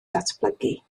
datblygu